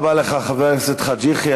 תודה רבה לך, חבר הכנסת חאג' יחיא.